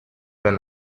wenn